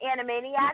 Animaniacs